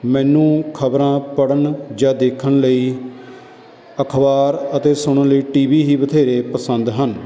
ਮੈਨੂੰ ਖਬਰਾਂ ਪੜ੍ਹਨ ਜਾਂ ਦੇਖਣ ਲਈ ਅਖਬਾਰ ਅਤੇ ਸੁਣਨ ਲਈ ਟੀ ਵੀ ਹੀ ਬਥੇਰੇ ਪਸੰਦ ਹਨ